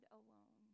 alone